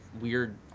weird